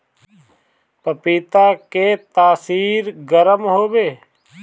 पपीता के तासीर गरम हवे